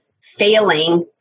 failing